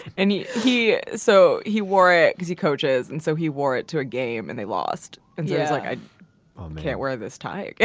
and he he so he wore it because he coaches and so he wore it to a game and they lost and yeah like i um can't wear this tie yeah